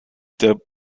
der